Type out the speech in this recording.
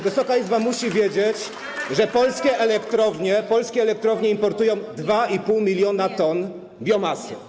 Wysoka Izba musi wiedzieć, że polskie elektrownie, polskie elektrownie importują 2,5 mln t biomasy.